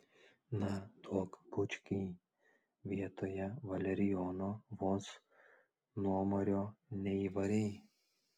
na duok bučkį vietoje valerijono vos nuomario neįvarei